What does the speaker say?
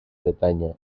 bretaña